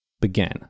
began